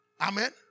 Amen